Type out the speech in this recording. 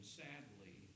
sadly